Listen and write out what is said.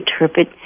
interpret